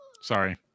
Sorry